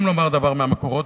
אם לומר דבר מהמקורות,